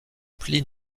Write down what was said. pli